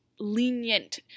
lenient